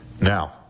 Now